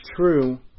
true